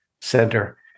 center